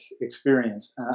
experience